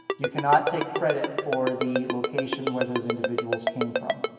you cannot take credit for the location where those individuals came from.